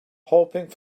hoping